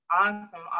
awesome